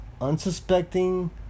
unsuspecting